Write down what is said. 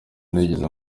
nigeze